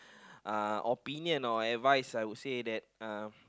uh opinion or advice I would say that uh